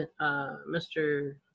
Mr